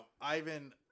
Ivan